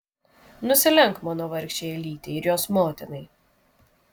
nusilenk mano vargšei elytei ir jos motinai